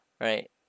right